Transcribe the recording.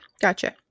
Gotcha